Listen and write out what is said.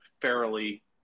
fairly